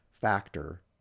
factor